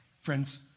Friends